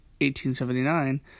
1879